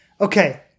Okay